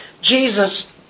jesus